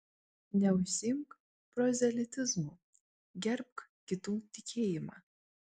neužsiimk prozelitizmu gerbk kitų tikėjimą